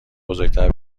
بزرگتر